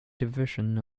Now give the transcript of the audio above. division